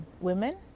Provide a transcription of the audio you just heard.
women